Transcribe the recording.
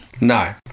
No